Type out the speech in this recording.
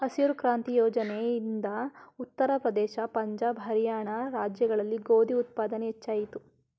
ಹಸಿರು ಕ್ರಾಂತಿ ಯೋಜನೆ ಇಂದ ಉತ್ತರ ಪ್ರದೇಶ, ಪಂಜಾಬ್, ಹರಿಯಾಣ ರಾಜ್ಯಗಳಲ್ಲಿ ಗೋಧಿ ಉತ್ಪಾದನೆ ಹೆಚ್ಚಾಯಿತು